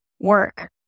work